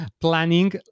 planning